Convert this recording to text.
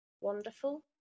wonderful